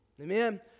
Amen